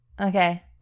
Okay